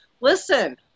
listen